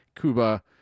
Cuba